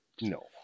No